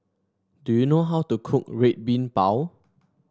do you know how to cook Red Bean Bao